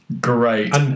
Great